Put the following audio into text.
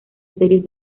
series